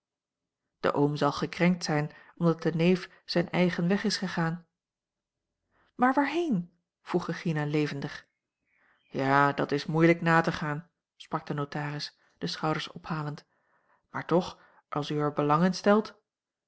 de oom zal gekrenkt zijn omdat de neef zijn eigen weg is gegaan maar waarheen vroeg regina levendig ja dat is moeilijk na te gaan sprak de notaris de schouders ophalend maar toch als u er belang in stelt